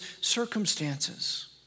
circumstances